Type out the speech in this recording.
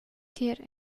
tier